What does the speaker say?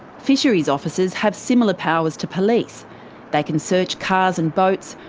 fisheries officers have similar powers to police they can search cars and boats,